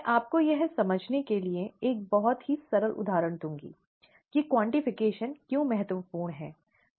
मैं आपको यह समझने के लिए एक बहुत ही सरल उदाहरण दूंगा कि क्वांटिफिकेशन क्यों महत्वपूर्ण है